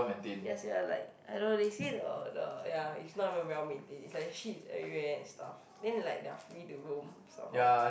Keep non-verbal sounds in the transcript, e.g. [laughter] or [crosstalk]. ya sia like I don't know they say the the ya it's not even well maintained it's like the shit is everywhere and stuff then like they're free to roam somehow [noise]